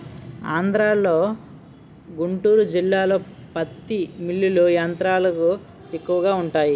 ఆంధ్రలో గుంటూరు జిల్లాలో పత్తి మిల్లులు యంత్రాలు ఎక్కువగా వుంటాయి